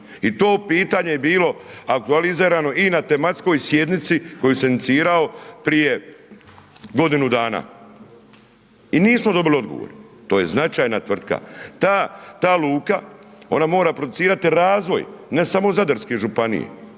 i to pitanje je bilo aktualizirano i na tematskoj sjednici koju sam inicirao prije godinu dana i nismo dobili odgovor. To je značajna tvrtka, ta luka, ona mora producirati razvoj, ne samo zadarske županije,